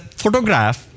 photograph